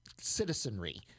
citizenry